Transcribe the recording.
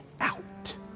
out